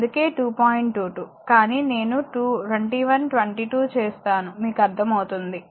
22 కానీ నేను 21 22 చేస్తాను మీకు అర్ధమవుతుంది